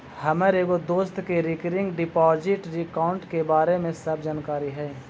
हमर एगो दोस्त के रिकरिंग डिपॉजिट अकाउंट के बारे में सब जानकारी हई